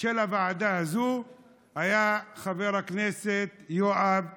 של הוועדה הזאת היה חבר הכנסת יואב סגלוביץ'.